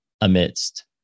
amidst